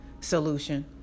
solution